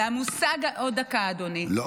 עוד דקה אדוני.